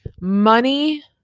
money